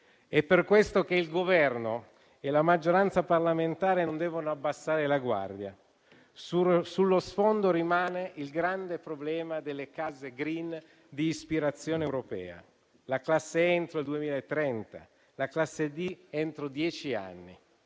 È per questo che il Governo e la maggioranza parlamentare non devono abbassare la guardia. Sullo sfondo rimane il grande problema delle case *green* di ispirazione europea: la classe E entro il 2030, la classe D entro dieci anni.